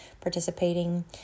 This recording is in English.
participating